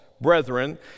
brethren